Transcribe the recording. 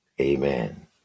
Amen